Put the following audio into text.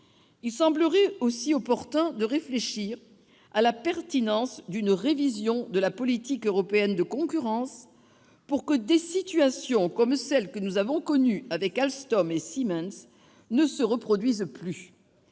Il semblerait aussi opportun de réfléchir à la pertinence d'une révision de la politique européenne de concurrence pour que des situations comme celle que nous avons connue avec Alstom et Siemens ne se reproduisent plus.